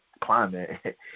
climate